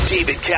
David